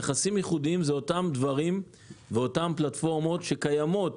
נכסים ייחודיים זה אותם דברים ואותן פלטפורמות שקיימות